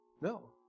No